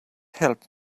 helped